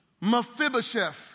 Mephibosheth